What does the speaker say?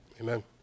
Amen